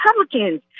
Republicans